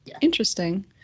interesting